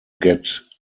get